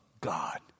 God